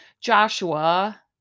Joshua